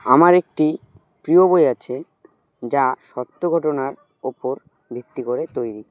আমার একটি প্রিয় বই আছে যা সত্য ঘটনার ওপর ভিত্তি করে তৈরি